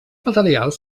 materials